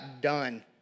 done